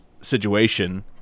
situation